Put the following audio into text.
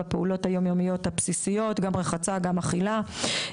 בפעולות היומיומיות הבסיסיות גם רחצה גם אכילה.